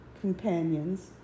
companions